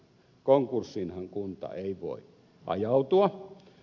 konkurssiinhan kunta ei voi ajautua